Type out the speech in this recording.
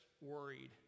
worried